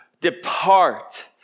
Depart